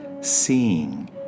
Seeing